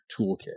toolkit